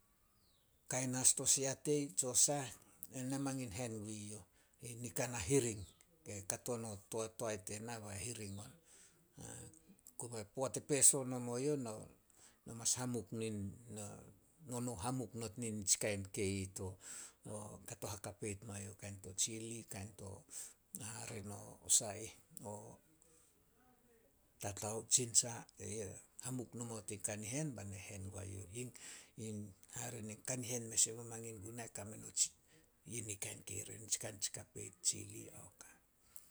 Kain as to siatei tso sah, ena mangin hen gu youh. I nika na hiring, e kato no to- toae tena bai hiring on. Kobe poat e peso nomo youh, no- no mas hamuk nin na, no mas nono hamuk not nin nitsi kain kei ih kato hakapeit mao youh. kain to tsili, kain to tatao, tsintsa, ye hamuk no mao tin kanihen bai ne hen guai youh. Hare nin kanihen mes e mamangin guna kame no yi ni kain kei re, tsika tsi kapeit, tsili.